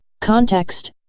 Context